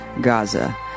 Gaza